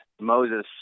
Moses